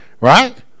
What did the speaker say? right